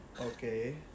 Okay